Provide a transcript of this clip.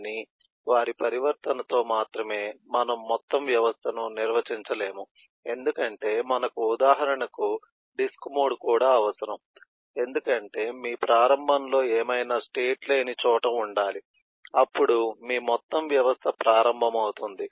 కానీ వారి పరివర్తనతో మాత్రమే మనము మొత్తం వ్యవస్థను నిర్వచించలేము ఎందుకంటే మనకు ఉదాహరణకు డిస్క్ మోడ్ కూడా అవసరం ఎందుకంటే మీ ప్రారంభంలో ఏమైనా స్టేట్ లేని చోట ఉండాలి అప్పుడు మీ మొత్తం వ్యవస్థ ప్రారంభమవుతుంది